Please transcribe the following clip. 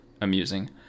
amusing